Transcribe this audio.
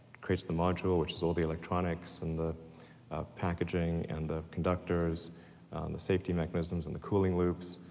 creates the module, which is all the electronics and the ah packaging and the conductors and the safety mechanisms and the cooling loops.